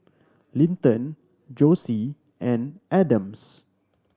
Linton Josie and Adams